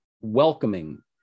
welcoming